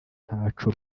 ntaco